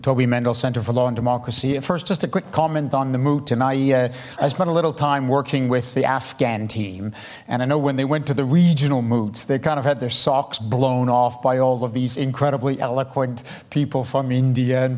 toby mendel center for law and democracy at first just a quick comment on the moot and i yeah i spent a little time working with the afghan team and i know when they went to the regional moods they kind of had their socks blown off by all of these incredibly eloquent people from india and